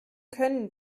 können